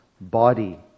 body